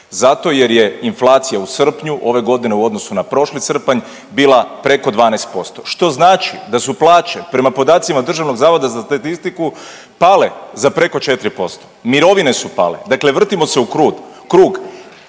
zato jer je inflacija u srpnju ove godine u odnosu na prošli srpanj bila preko 12% što znači da su plaće prema podacima Državnog zavoda za statistiku pale za preko 4%. Mirovine su pale. Dakle, vrtimo se u krug.